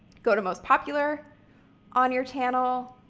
go to most popular on your channel